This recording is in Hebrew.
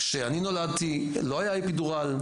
כשאני נולדתי לא היה אפידורל,